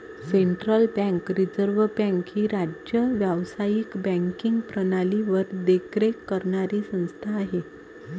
central bank reserve bank ही राज्य व्यावसायिक बँकिंग प्रणालीवर देखरेख करणारी संस्था आहे